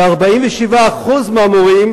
ו-47% מהמורים